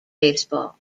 baseball